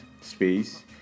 space